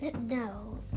no